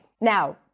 Now